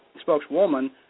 spokeswoman